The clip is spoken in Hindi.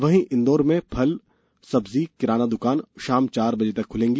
वहीं इंदौर में फल सब्जी किराना दुकान शाम चार बजे तक खुलेंगी